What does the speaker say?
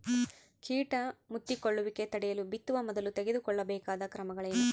ಕೇಟ ಮುತ್ತಿಕೊಳ್ಳುವಿಕೆ ತಡೆಯಲು ಬಿತ್ತುವ ಮೊದಲು ತೆಗೆದುಕೊಳ್ಳಬೇಕಾದ ಕ್ರಮಗಳೇನು?